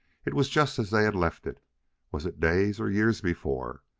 it was just as they had left it was it days or years before?